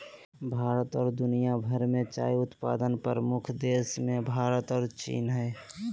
भारत और दुनिया भर में चाय उत्पादन प्रमुख देशों मेंभारत और चीन हइ